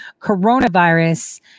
coronavirus